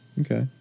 Okay